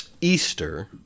Easter